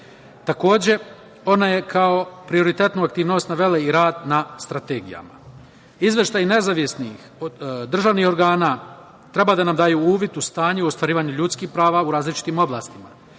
Takođe, ona je kao prioritetnu aktivnost navela i rad na strategijama. Izveštaj nezavisnih državnih organa treba da nam daju uvid u stanje u ostvarivanje ljudskih prava u različitim oblastima.